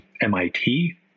MIT